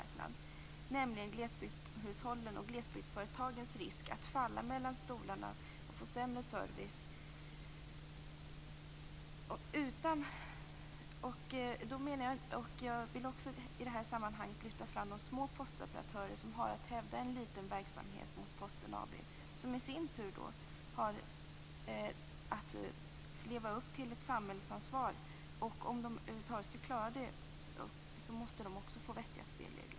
Jag syftar då på risken att glesbygdshushållen och glesbygdsföretagen faller mellan stolarna och det blir en sämre service. I det här sammanhanget vill jag också lyfta fram de små postoperatörer som har att hävda en liten verksamhet gentemot Posten AB, som i sin tur har att leva upp till ett samhällsansvar. För att över huvud taget klara detta behöver man vettiga spelregler.